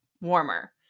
warmer